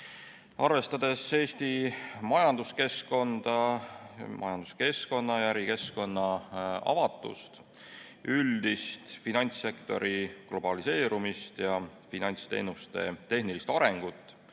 majanduskeskkonda, majanduskeskkonna ja ärikeskkonna avatust, üldist finantssektori globaliseerumist ja finantsteenuste tehnilist arengut